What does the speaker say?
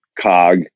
cog